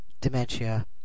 dementia